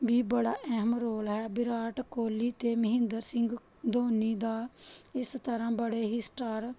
ਵੀ ਬੜਾ ਅਹਿਮ ਰੋਲ ਹੈ ਵਿਰਾਟ ਕੋਹਲੀ ਅਤੇ ਮਹਿੰਦਰ ਸਿੰਘ ਧੋਨੀ ਦਾ ਇਸ ਤਰ੍ਹਾਂ ਬੜੇ ਹੀ ਸਟਾਰ